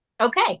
Okay